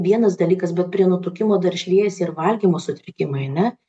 vienas dalykas bet prie nutukimo dar šliejasi ir valgymo sutrikimai ane